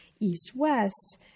East-West